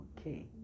Okay